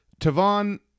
Tavon